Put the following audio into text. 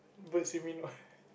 bird swimming